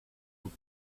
faut